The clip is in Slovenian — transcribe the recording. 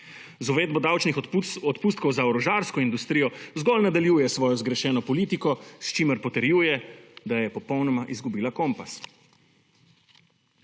Z uvedbo davčnih odpustkov za orožarsko industrijo zgolj nadaljuje svojo zgrešeno politiko s čimer potrjuje, da je popolnoma izgubila kompas.